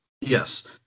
Yes